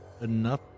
enough